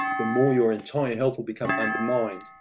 the more your entire health will become undermined,